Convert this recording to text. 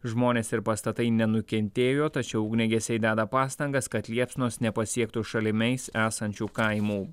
žmonės ir pastatai nenukentėjo tačiau ugniagesiai deda pastangas kad liepsnos nepasiektų šalimais esančių kaimų